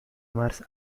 مارس